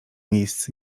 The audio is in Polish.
miejsc